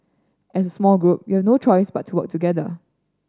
as small group you no choice but to work together